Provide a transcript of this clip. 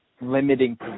limiting